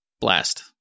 blast